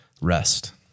Rest